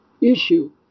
issue